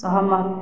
ସହମତ